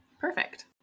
Perfect